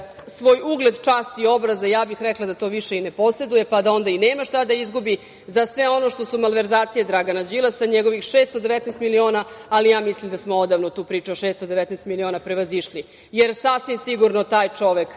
svoj ugled, čast i obraza, a ja bih rekla da to više i ne poseduje, pa da onda i nema šta da izgubi, za sve ono što su malverzacije Dragana Đilasa, njegovih 619 miliona, ali ja mislim da smo odavno tu priču od 619 miliona prevazišli, jer sasvim sigurno taj čovek,